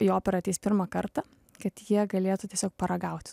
į operą ateis pirmą kartą kad jie galėtų tiesiog paragaut